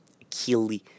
achilles